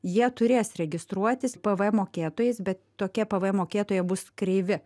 jie turės registruotis pvm mokėtojais bet tokie pvm mokėtojai bus kreivi